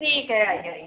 ठीक है आइए आइए